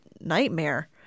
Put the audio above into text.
nightmare